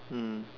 mm